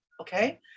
Okay